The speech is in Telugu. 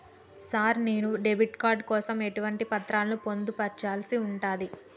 సార్ నేను డెబిట్ కార్డు కోసం ఎటువంటి పత్రాలను పొందుపర్చాల్సి ఉంటది?